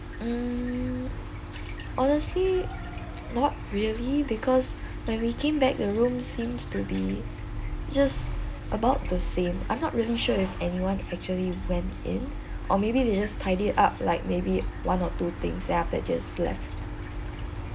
mm honestly not really because when we came back the room seems to be just about the same I'm not really sure if anyone actually went in or maybe they just tidied up like maybe one or two things then after that just left